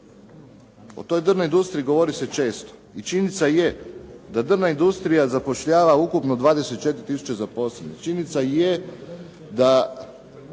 O toj drvnoj industriji govori se često i činjenica je da drvna industrija zapošljava ukupno 24 tisuće zaposlenih. Činjenica je da